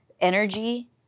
energy